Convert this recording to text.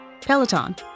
Peloton